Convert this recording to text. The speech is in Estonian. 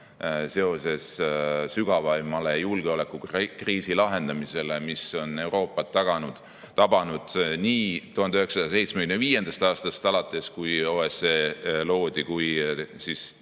aitama sügavaima julgeolekukriisi lahendamisele, mis on Euroopat tabanud 1975. aastast alates, kui OSCE loodi, ja ka